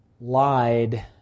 lied